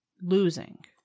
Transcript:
losing